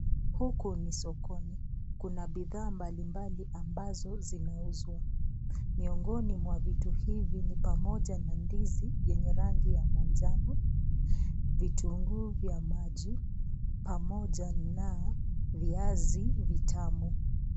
Huku ni sokoni. Kuna bidhaa mbalimbali ambazo zinauzwa miongoni mwa vitu hivi ni pamoja na ndizi yenye rangi ya manjano, vitunguu vya maji pamoja na viazi vitamu.